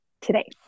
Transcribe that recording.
today